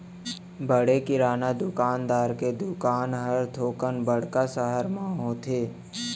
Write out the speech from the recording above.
बड़े किराना दुकानदार के दुकान हर थोकन बड़का सहर म होथे